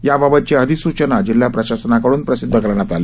याबाबतची अधिसूचना जिल्हा प्रशासनाकडून प्रसिध्द करण्यात आली